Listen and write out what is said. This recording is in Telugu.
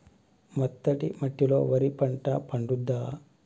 మెత్తటి మట్టిలో వరి పంట పండుద్దా?